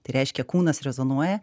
tai reiškia kūnas rezonuoja